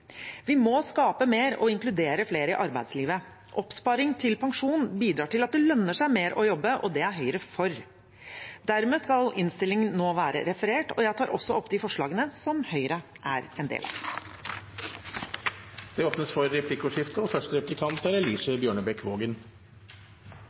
Vi må skape mer og inkludere flere i arbeidslivet. Oppsparing til pensjon bidrar til at det lønner seg mer å jobbe, og det er Høyre for. Dermed skal innstillingen nå være referert. Det blir replikkordskifte. Pensjon fra første krone har lenge vært en viktig sak for Arbeiderpartiet. Vi har fremmet forslag om det